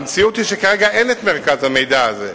המציאות היא שכרגע אין מרכז המידע הזה.